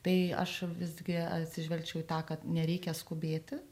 tai aš visgi atsižvelgčiau į tą kad nereikia skubėti